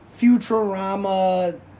Futurama